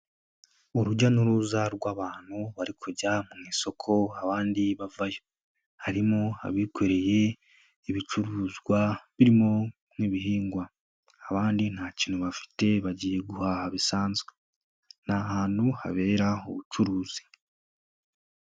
Urujya n'uruza rw'abantu bari kujya mu isoko abandi bavayo, harimo abikoreye ibicuruzwa birimo nk'ibihingwa, abandi nta kintu bafite bagiye guhaha bisanzwe, ni ahantu habera ubucuruzi.